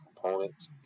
components